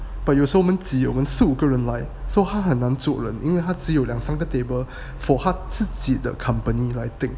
but 有时候我们挤四五个人来 so 他很难做人因为他只有两三个 table for 他自己的 company 来